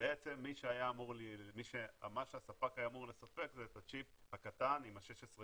בעצם מה שהספק היה אמור לספק זה את הצ'יפ הקטן עם ה-16K,